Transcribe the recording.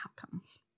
outcomes